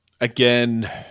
Again